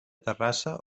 terrassa